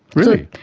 really?